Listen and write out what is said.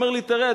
אמר לי: תרד,